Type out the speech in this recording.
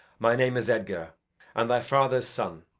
my name is edgar and thy father's son.